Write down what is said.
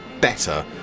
better